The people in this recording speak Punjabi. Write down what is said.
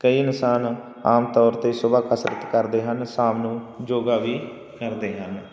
ਕਈ ਇਨਸਾਨ ਆਮ ਤੌਰ 'ਤੇ ਸੁਬਹਾ ਕਸਰਤ ਕਰਦੇ ਹਨ ਸ਼ਾਮ ਨੂੰ ਯੋਗਾ ਵੀ ਕਰਦੇ ਹਨ